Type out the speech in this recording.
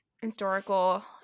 historical